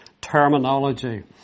terminology